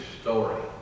story